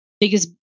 biggest